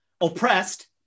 oppressed